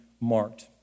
marked